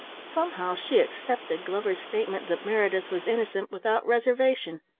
somehow she accepted glover's statement that meredith was innocent, without reservation.